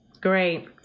great